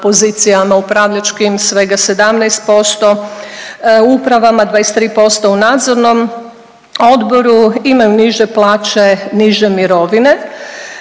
pozicijama upravljačkim, svega 17% u uprava, 23% u nadzornom odboru. Imaju niže plaće, niže mirovine.